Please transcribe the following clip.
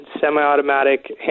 semi-automatic